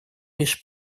лишь